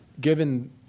given